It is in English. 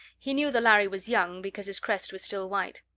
he knew the lhari was young because his crest was still white.